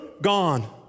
gone